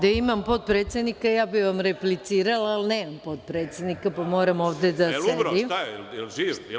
Da imam potpredsednika, ja bih vam replicirala, ali nemam potpredsednika, pa moram ovde da sedim.